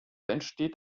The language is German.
entsteht